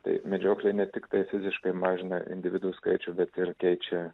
tai medžioklė ne tiktai fiziškai mažina individų skaičių bet ir keičia